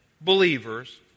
believers